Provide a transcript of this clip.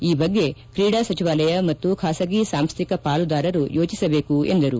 ಈ ಬಗ್ಗೆ ಕ್ರೀಡಾ ಸಚಿವಾಲಯ ಮತ್ತು ಖಾಸಗಿ ಸಾಂಸ್ದಿಕ ಪಾಲುದಾರರು ಯೋಚಿಸಬೇಕು ಎಂದರು